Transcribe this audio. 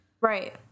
Right